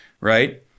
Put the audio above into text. right